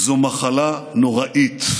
זו מחלה נוראית.